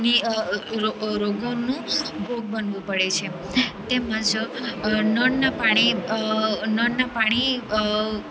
રોગોનું ભોગ બનવું પડે છે તેમજ નળનાં પાણી નળનાં પાણી